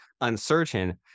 uncertain